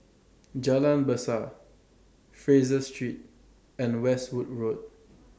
Jalan Besar Fraser Street and Westwood Road